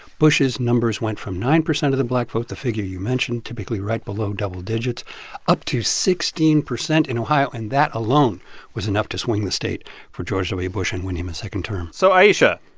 bush's numbers went from nine percent of the black vote the figure you mentioned, typically right below double digits up to sixteen percent in ohio. and that alone was enough to swing the state for george w. bush and win him a second term so ayesha,